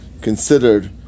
considered